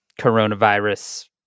coronavirus